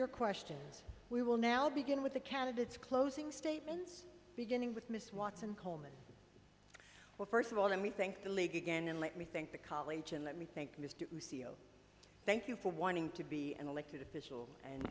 your questions we will now begin with the candidates closing statements beginning with miss watson coleman well first of all let me thank the league again and let me think the college and let me thank mr lucille thank you for wanting to be an elected official and